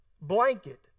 blanket